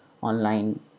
online